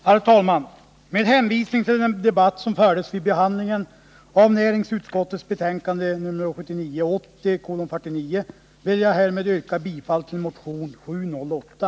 Herr talman! Med hänvisning till den debatt som fördes vid behandlingen av näringsutskottets betänkande 1979/80:49 ber jag härmed att få yrka bifall till motion 708.